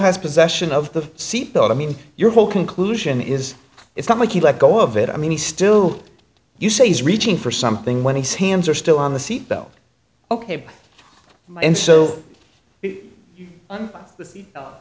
has possession of the seat belt i mean your whole conclusion is it's not like he let go of it i mean he still you say he's reaching for something when he's hands are still on the seat belt ok and so